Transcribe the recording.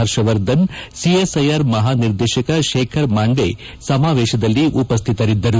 Harshvardhan CSIR ಮಹಾನಿರ್ದೇಶಕ ಶೇಖರ್ ಮಾಂಡೆ ಸಮಾವೇಶದಲ್ಲಿ ಉಪಸ್ಥಿತರಿದ್ದರು